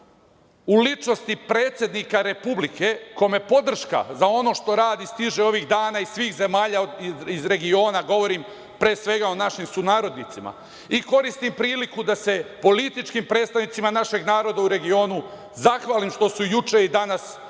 u ličnosti predsednika Republike kome podrška za ono što radi stiže ovih dana iz svih zemalja iz regiona, govorim pre svega o našim sunarodnicima, koristim priliku da se političkim predstavnicima našeg naroda u regionu zahvalim što su juče i danas